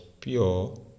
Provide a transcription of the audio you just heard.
pure